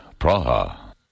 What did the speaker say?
Praha